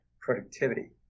productivity